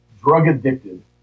drug-addicted